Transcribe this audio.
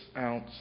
ounce